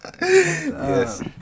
Yes